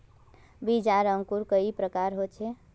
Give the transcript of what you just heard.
बीज आर अंकूर कई प्रकार होचे?